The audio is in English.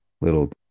little